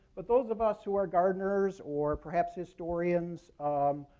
but those of us who are our gardeners or perhaps historians, um